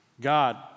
God